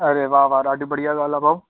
अड़े वाह वाह ॾाढी बढ़िया ॻाल्हि आहे भाउ